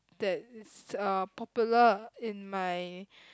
that is uh popular in my